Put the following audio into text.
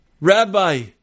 Rabbi